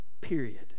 period